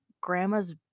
grandma's